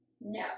No